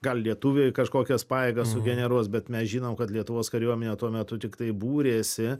gal lietuviai kažkokias pajėgas sugeneruos bet mes žinom kad lietuvos kariuomenė tuo metu tiktai būrėsi